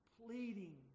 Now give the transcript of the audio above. pleading